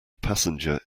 passenger